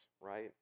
right